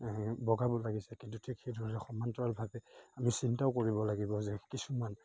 বগাব লাগিছে কিন্তু ঠিক সেইদৰে সমান্তৰালভাৱে আমি চিন্তাও কৰিব লাগিব যে কিছুমান